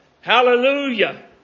Hallelujah